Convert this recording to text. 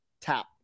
tap